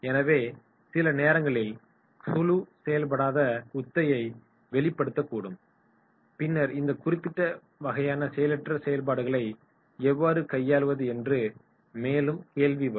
எனவே சில நேரங்களில் குழு செயல்படாத நடத்தை வெளிப்படுத்தகூடும் பின்னர் இந்த குறிப்பிட்ட வகையான செயலற்ற செயல்பாடுகளை எவ்வாறு கையாள்வது என்ற கேள்வி எழும்